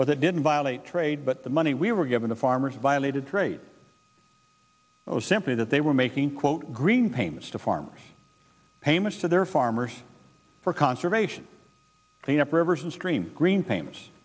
but it didn't violate trade but the money we were given to farmers violated trade was simply that they were making quote green payments to farmers payments to their farmers for conservation and up rivers and streams green